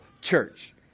church